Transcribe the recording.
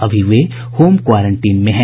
अभी वे home quarantine में हैं